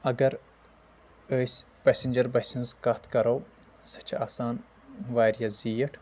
اگر أسۍ پیسنجر بسہِ ہِنٛز کتھ کرو سۄ چھِ آسان واریاہ زیٖٹھ